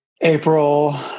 April